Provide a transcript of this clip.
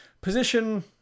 position